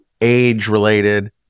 age-related